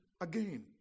again